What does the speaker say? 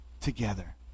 together